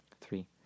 three